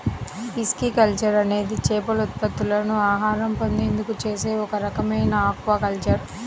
pisciculture అనేది చేపల ఉత్పత్తులను ఆహారంగా పొందేందుకు చేసే ఒక రకమైన ఆక్వాకల్చర్